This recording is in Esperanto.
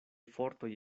fortoj